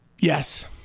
Yes